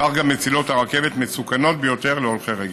גם מסילות הרכבת מסוכנות ביותר להולכי רגל.